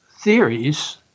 theories